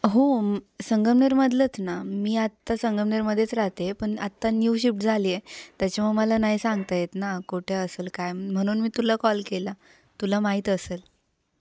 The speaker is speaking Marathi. हो संगमनेरमधलंच ना मी आत्ता संगमनेरमध्येच राहते पण आत्ता न्यू शिफ्ट झाली आहे त्याच्यामुळे मला नाही सांगता येत ना कुठे असेल काय म्हणून मी तुला कॉल केला तुला माहीत असेल